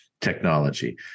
technology